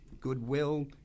goodwill